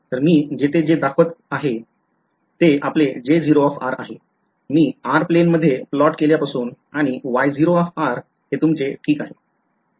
तर मी येथे जे दाखवित आहे ते हे आपले आहे मी r plane मध्ये प्लॉट केल्यापासून आणि हे तुमचे ठीक आहे